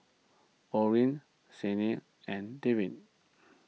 Orin Signe and Trevin